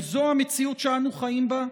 האם זו המציאות שאנו חיים בה,